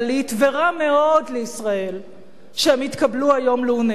ורע מאוד לישראל שהם התקבלו היום לאונסק"ו.